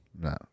No